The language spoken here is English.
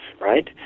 right